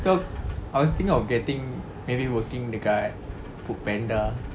so I was thinking of getting maybe working dekat foodpanda